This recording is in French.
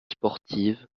sportive